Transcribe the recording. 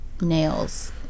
nails